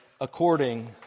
according